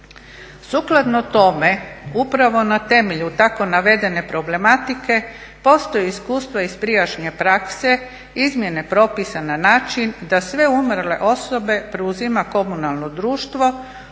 Sukladno tome upravo na temelju tako navedene problematike postoji iskustva iz prijašnje prakse, izmjene propisa na način da sve umrle osobe preuzima komunalno društvo